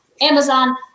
Amazon